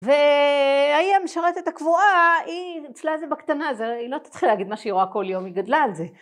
וההיא, המשרתת הקבועה, היא ניצלה את זה בקטנה, היא לא היתה צריכה להגיד מה שהיא רואה כל יום, היא גדלה על זה.